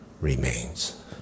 remains